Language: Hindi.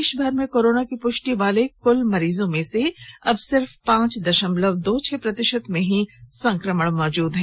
देशभर में कोरोना की पुष्टि वाले कुल मरीजों में से अब सिर्फ पांच दशमलव दो छह प्रतिशत में ही संक्रमण मौजूद है